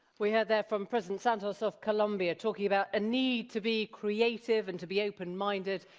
we heard there from president santos of columbia talking about a need to be creative and to be open minded,